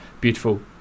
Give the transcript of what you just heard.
beautiful